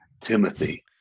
Timothy